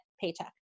paycheck